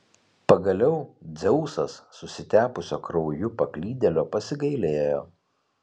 pagaliau dzeusas susitepusio krauju paklydėlio pasigailėjo